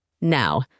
Now